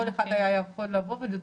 כל אחד היה יכול לבוא ולדרוש.